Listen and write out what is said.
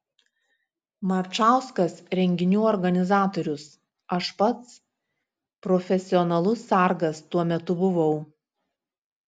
marčauskas renginių organizatorius aš pats profesionalus sargas tuo metu buvau